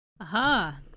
Aha